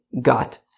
got